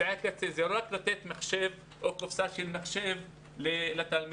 אמצעי הקצה זה רק לתת מחשב או קופסה של מחשב לתלמיד.